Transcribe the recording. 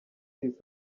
regis